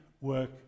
work